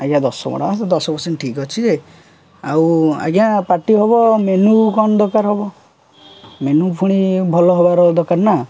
ଆଜ୍ଞା ଦଶଗଡ଼ା ଦଶ ପରସେଣ୍ଟ ଠିକ୍ ଅଛି ଯେ ଆଉ ଆଜ୍ଞା ପାର୍ଟି ହେବ ମେନୁ କ'ଣ ଦରକାର ହେବ ମେନୁ ପୁଣି ଭଲ ହେବାର ଦରକାର ନା